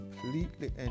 completely